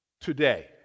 today